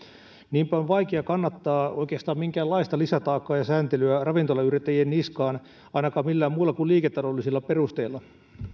niinpä on vaikea kannattaa oikeastaan minkäänlaista lisätaakkaa ja sääntelyä ravintolayrittäjien niskaan ainakaan millään muilla kuin liiketaloudellisilla perusteilla